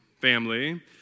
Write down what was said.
family